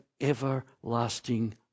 everlasting